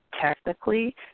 technically